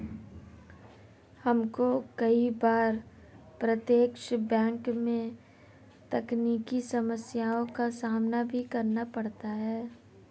हमको कई बार प्रत्यक्ष बैंक में तकनीकी समस्याओं का सामना भी करना पड़ता है